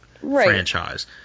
franchise